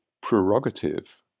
prerogative